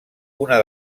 una